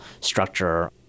structure